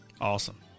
Awesome